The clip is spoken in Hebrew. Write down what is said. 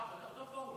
מאותו הפורום,